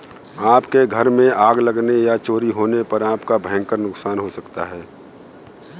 आपके घर में आग लगने या चोरी होने पर आपका भयंकर नुकसान हो सकता है